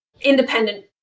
independent